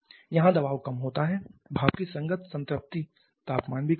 यहां दबाव कम होता है भाप की संगत संतृप्ति तापमान भी कम होगा